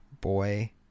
boy